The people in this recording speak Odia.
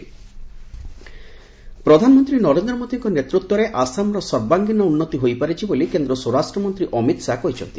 ଅମିତ ଶାହା ସାମାମ ପ୍ରଧାନମନ୍ତ୍ରୀ ନରେନ୍ଦ୍ର ମୋଦୀଙ୍କ ନେତୃତ୍ୱରେ ଆସାମର ସର୍ବାଙ୍ଗୀନ ଉନ୍ନତି ହୋଇପାରିଛି ବୋଲି କେନ୍ଦ୍ର ସ୍ୱରାଷ୍ଟ୍ରମନ୍ତ୍ରୀ ଅମିତ ଶାହା କହିଛନ୍ତି